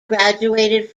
graduated